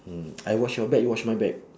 mm I watch your back you watch my back